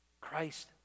Christ